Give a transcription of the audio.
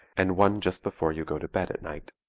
and one just before you go to bed at night.